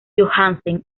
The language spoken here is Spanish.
johansen